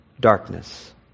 darkness